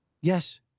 Yes